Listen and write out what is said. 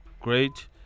great